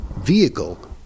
vehicle